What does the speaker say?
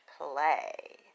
play